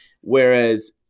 whereas